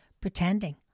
pretending